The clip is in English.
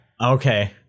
okay